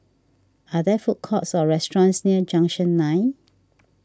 are there food courts or restaurants near Junction nine